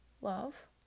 love